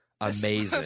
Amazing